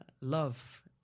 love